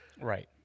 Right